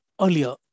earlier